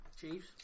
Chiefs